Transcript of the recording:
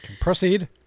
Proceed